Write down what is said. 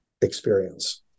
experience